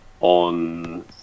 on